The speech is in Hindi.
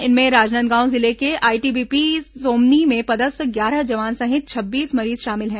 इनमें राजनांदगांव जिले के आईटीबीपी सोमनी में पदस्थ ग्यारह जवान सहित छब्बीस मरीज शामिल हैं